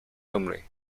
homely